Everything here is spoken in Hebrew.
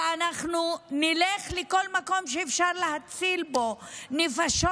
ואנחנו נלך לכל מקום שאפשר להציל בו נפשות